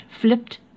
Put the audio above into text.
Flipped